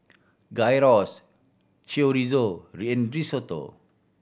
Gyros Chorizo Risotto